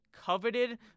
coveted